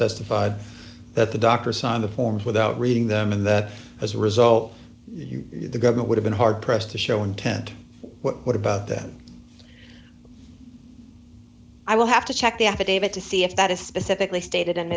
testified that the doctor sign the forms without reading them and that as a result the government would have been hard pressed to show intent what about that i will have to check the affidavit to see if that is specifically stated